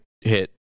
hit